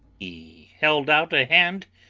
he held out a hand,